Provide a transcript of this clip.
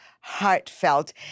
heartfelt